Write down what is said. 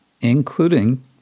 including